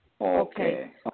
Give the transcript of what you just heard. Okay